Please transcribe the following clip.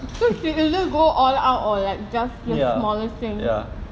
she either go all out or just the smallest thing